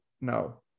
No